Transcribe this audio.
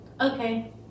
okay